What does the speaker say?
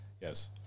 Yes